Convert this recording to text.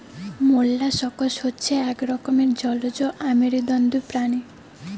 molluscs হচ্ছে এক রকমের জলজ অমেরুদন্ডী প্রাণী